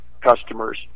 customers